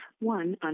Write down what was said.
one